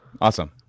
awesome